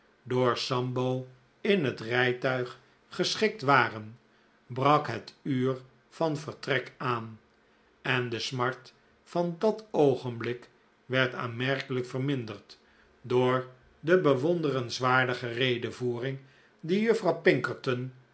door sambo in het rijtuig geschikt waren brak het uur van vertrek aan en de smart van dat oogenblik werd aanmerkelijk verminderd door de bewonderenswaardige redevoering die juffrouw pinkerton